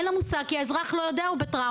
אין לה מושג כי האזרח לא יודע, הוא בטראומה.